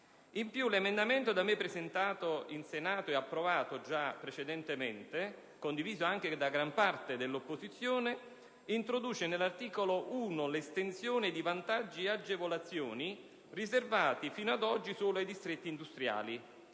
L'emendamento da me presentato e già approvato in Senato, condiviso anche da gran parte dell'opposizione, introduce nell'articolo 1 l'estensione di vantaggi e agevolazioni, riservati fino ad oggi solo ai distretti industriali,